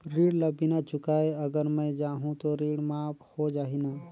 ऋण ला बिना चुकाय अगर मै जाहूं तो ऋण माफ हो जाही न?